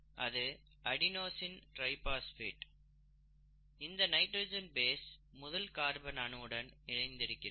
இது adenosine triphosphate இந்த nitrogen base முதல் கார்பன் அணுவுடன் இணைந்திருக்கிறது